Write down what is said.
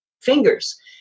Fingers